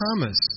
Thomas